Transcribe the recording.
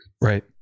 Right